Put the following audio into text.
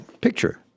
picture